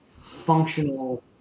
functional